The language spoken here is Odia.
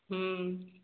ହଁ